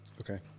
Okay